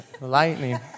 Lightning